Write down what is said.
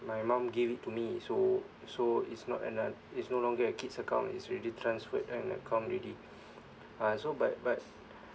my mum gave it to me so so it's not an uh it's no longer a kid's account it's already transferred to an account already uh so but but